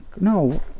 No